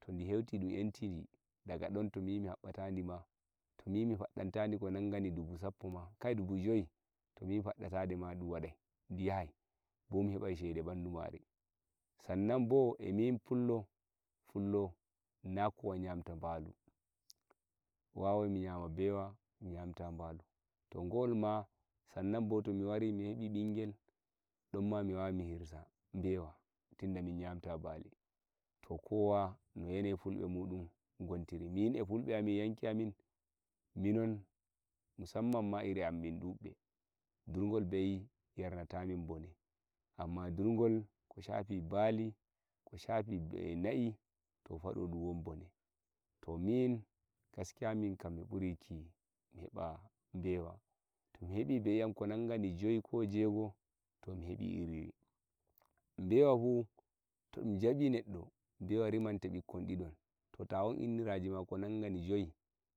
to di heuti dum entidi daga don to miyi mi hammatadima to miyi mi faddantadi ko nangani dubu sappo ma kai dubu joyi to miyi mi faddata ma de gadai di yahai bo bimi hebai shede mari san nan min pullo nakowa chamta balu wawai mi chama bewa mi chamta balu to go'olma san nan bo to mi wari mi hebi mingel domma mi wawai mi hirsa bewa tunda min chamta bali to kowa no yanayi pullaku mudum gwantiri min e fulbe amin e yanki amin minon musamman ma meam mindumme ndurgol be'i yarnata min bone amma ndurgol ko shafi bali ko shafi na'i to fa dum dum won bone to min gaskiya min kam mi buri yikki mi heba bewa to mi hebi be'i am ko nangani joyi ko jego'o to mi hebi iriri bewa fu to dum jabi neddo bewa rimante bikkon didon to ta won inniraji ma ko nangai joyi